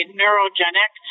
neurogenic